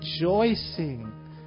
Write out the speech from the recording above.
rejoicing